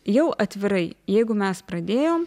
jau atvirai jeigu mes pradėjom